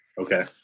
Okay